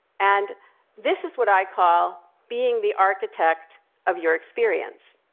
and this is what i call being the architect of your experience.